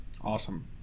Awesome